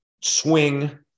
swing